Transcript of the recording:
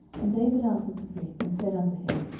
and david answered the priest, and said unto him,